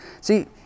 See